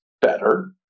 better